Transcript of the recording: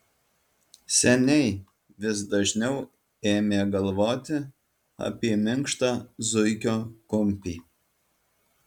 seniai vis dažniau ėmė galvoti apie minkštą zuikio kumpį